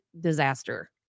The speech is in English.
disaster